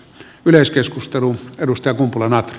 yleiskeskustelun edustaja kumpula natri